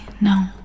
no